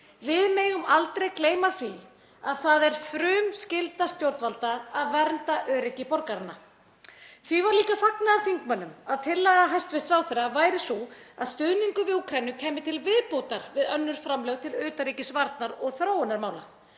Við megum aldrei gleyma því að það er frumskylda stjórnvalda að vernda öryggi borgaranna. Því var líka fagnað af þingmönnum að tillaga hæstv. ráðherra væri sú að stuðningur við Úkraínu kæmi til viðbótar við önnur framlög til utanríkis-, varnar- og þróunarmála.